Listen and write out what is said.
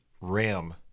ram